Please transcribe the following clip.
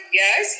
yes